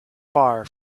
far